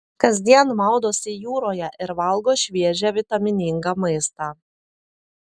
kasdien maudosi jūroje ir valgo šviežią vitaminingą maistą